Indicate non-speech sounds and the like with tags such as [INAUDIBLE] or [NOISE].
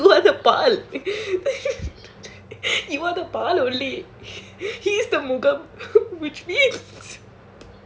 you are the pile [LAUGHS] you are the pile only he is the mogum which means